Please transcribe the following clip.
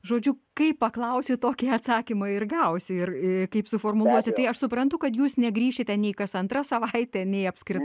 žodžiu kaip paklausi tokį atsakymą ir gausi ir kaip suformuluosi tai aš suprantu kad jūs negrįšite nei kas antra savaitė nei apskritai